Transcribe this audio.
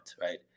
right